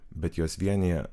bet juos vienija